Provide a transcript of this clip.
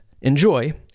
Enjoy